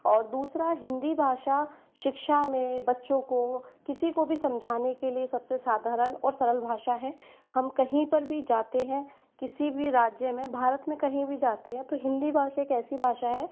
और दूसरा हिंदी भाषा शिक्षा में बच्चों को किसी को भी समझाने के लिए सबसे साधारण और सरल भाषा है हम कहीं पर भी जाते हैं किसी भी राज्य में भारत में कहीं भी जाते हैं तो हिंदी भाषा एक ऐसी भाषा है